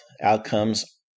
outcomes